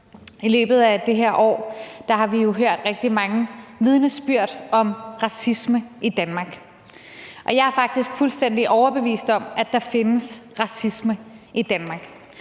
I løbet af det her år har vi jo hørt rigtig mange vidnesbyrd om racisme i Danmark, og jeg er faktisk fuldstændig overbevist om, at der findes racisme i Danmark.